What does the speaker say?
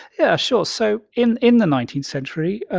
yeah, sure. so in in the nineteenth century,